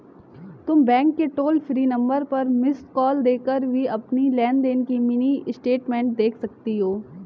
तुम बैंक के toll free number पर मिस्ड कॉल देकर भी अपनी लेन देन की मिनी स्टेटमेंट देख सकती हो